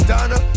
Donna